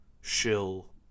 Shill